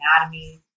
anatomy